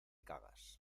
cagas